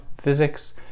physics